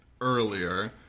earlier